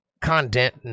content